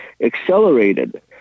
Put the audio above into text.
accelerated